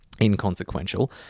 inconsequential